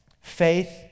faith